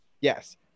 Yes